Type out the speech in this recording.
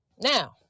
Now